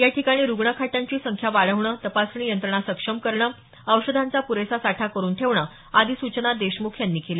याठिकाणी रुग्णाखाटांची संख्या वाढवणं तपासणी यंत्रणा सक्षम करणं औषधांचा प्रेसा साठा करून ठेवणं आदी सूचना देशमुख यांनी दिल्या